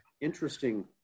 interesting